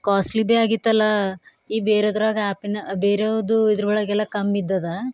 costly ಭೀ ಆಗಿತ್ತಲ್ಲ ಈ ಬೇರೆದ್ರಾಗ ಆ್ಯಪಿನ ಬೇರೆವ್ದು ಇದರೊಳಗೆಲ್ಲ ಕಮ್ಮಿದ್ದದ